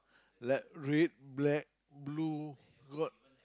like red black blue got